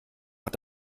hat